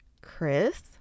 Chris